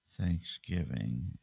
Thanksgiving